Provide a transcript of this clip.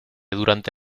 durante